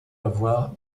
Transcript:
avoir